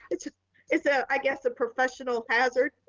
it's ah it's a i guess a professional hazard,